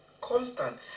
constant